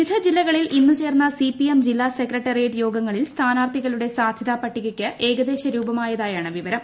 വിവിധ ജില്ലകളിൽ ഇന്ന് ചേർന്ന സിപിഎം ജില്ലാ സെക്രട്ടേറിയേറ്റ് യോഗങ്ങളിൽ സ്ഥാനാർത്ഥികളുടെ സാധ്യതാ പട്ടികയ്ക്ക് ഏകദേശ രൂപമായതായി ആണ് വിവരം